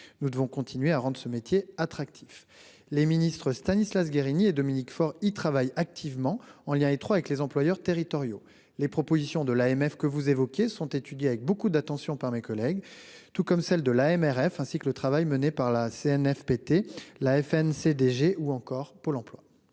Nous devons continuer à rendre ce métier attractif. Les ministres Stanislas Guerini et Dominique Faure y travaillent activement, en lien étroit avec les employeurs territoriaux. Les propositions de l'AMF que vous évoquiez sont étudiées avec beaucoup d'attention par mes collègues, tout comme celles de l'Association des maires ruraux de France (AMRF),